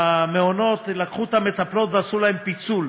שהמעונות לקחו את המטפלות ועשו להן פיצול.